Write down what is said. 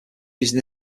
using